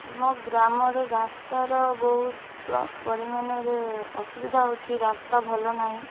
ଆମ ଗ୍ରାମର ରାସ୍ତାର ବହୁତ ପରିମାଣ ଅସୁବିଧା ହେଉଛି ରାସ୍ତା ଭଲ ନାଇଁ